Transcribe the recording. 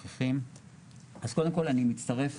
קודם כל אני מצטרף